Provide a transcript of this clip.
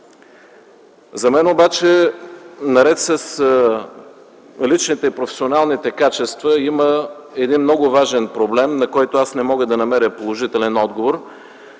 За мен обаче наред с личните и професионалните качества има един много важен проблем, на който не мога да намеря положителен отговор,